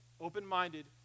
open-minded